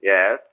Yes